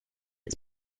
its